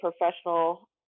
professional